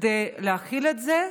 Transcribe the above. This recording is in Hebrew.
כדי להכיל את זה,